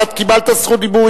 אתה קיבלת זכות דיבור,